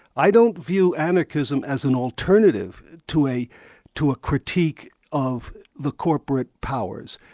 i don't view anarchism as an alternative to a to a critique of the corporate powers.